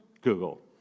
Google